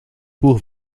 buch